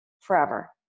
forever